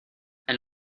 and